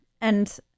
And-